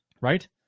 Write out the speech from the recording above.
right